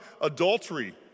adultery